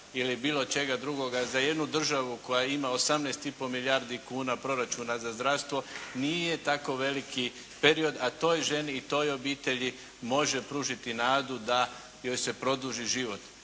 ili bilo čega drugoga za jednu državu koja ima 18,5 milijardi kuna proračuna za zdravstvo, nije tako veliki period a toj ženi i toj obitelji može pružiti nadu da joj se produži život.